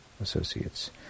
associates